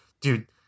dude